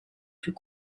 plus